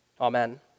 Amen